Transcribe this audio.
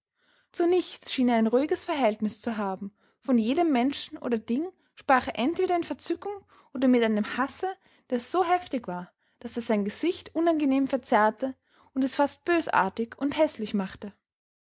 zu nichts schien er ein ruhiges verhältnis zu haben von jedem menschen oder ding sprach er entweder in verzückung oder mit einem hasse der so heftig war daß er sein gesicht unangenehm verzerrte und es fast bösartig und häßlich machte